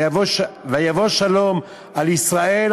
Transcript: ויבוא שלום על ישראל,